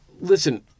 listen